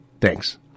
thanks